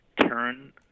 turn